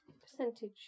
Percentage